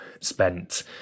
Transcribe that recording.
spent